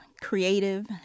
creative